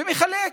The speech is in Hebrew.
והוא מחלק.